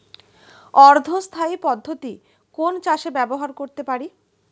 অর্ধ স্থায়ী পদ্ধতি কোন চাষে ব্যবহার করতে পারি?